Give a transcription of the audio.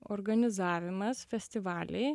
organizavimas festivaliai